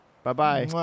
Bye-bye